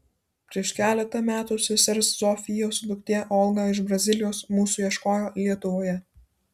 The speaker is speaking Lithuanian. prieš keletą metų sesers zofijos duktė olga iš brazilijos mūsų ieškojo lietuvoje